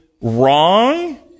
wrong